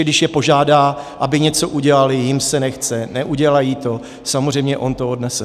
Když je požádá, aby něco udělali, jim se nechce, neudělají to, samozřejmě on to odnese.